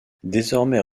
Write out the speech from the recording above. désormais